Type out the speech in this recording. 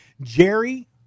Jerry